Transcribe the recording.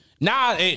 Nah